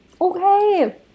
Okay